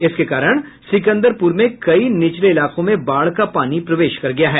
इसके कारण सिकंदरपुर में कई निचले इलाकों में बाढ़ का पानी प्रवेश कर गया है